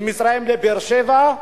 ממצרים לבאר-שבע,